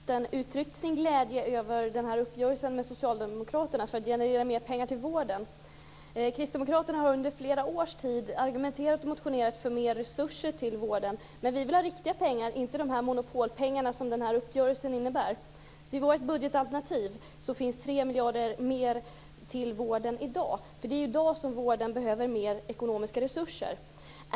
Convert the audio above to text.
Fru talman! Gunnel Wallin har tillsammans med sin partiledare uttryckt sin glädje över uppgörelsen med Socialdemokraterna för att generera mer pengar till vården. Kristdemokraterna har under flera års tid argumenterat för och motionerat om mer resurser till vården. Men vi vill ha riktiga pengar, inte de monopolpengar som uppgörelsen innebär. I vårt budgetalternativ finns 3 miljarder mer till vården i dag, för det är i dag som vården behöver mer ekonomiska resurser.